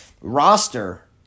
roster